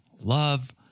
love